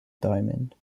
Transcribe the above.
diamond